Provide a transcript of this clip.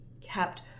kept